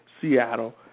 Seattle